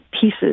pieces